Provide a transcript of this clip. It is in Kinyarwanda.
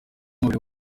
wanyu